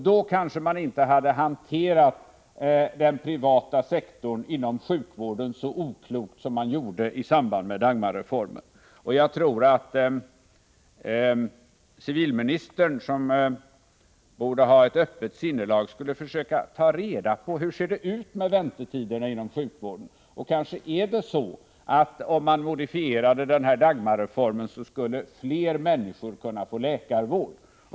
Då kanske man inte hade hanterat den privata sektorn inom sjukvården så oklokt som man gjorde i samband med Dagmarreformen. Jag tycker att civilministern, som borde ha ett öppet sinnelag, skulle försöka ta reda på hur det är med väntetiderna inom sjukvården. Om man modifierade Dagmarreformen skulle kanske fler människor kunna få läkarvård.